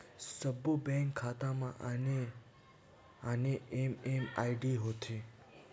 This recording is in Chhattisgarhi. सब्बो बेंक खाता म आने आने एम.एम.आई.डी होथे